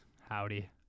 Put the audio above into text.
howdy